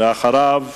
ואחריו,